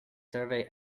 survey